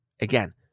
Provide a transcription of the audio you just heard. Again